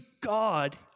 God